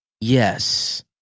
Yes